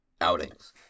outings